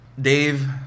Dave